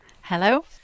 Hello